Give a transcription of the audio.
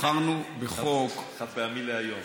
בחרנו בחוק, חד-פעמי להיום.